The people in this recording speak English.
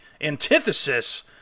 antithesis